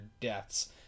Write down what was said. deaths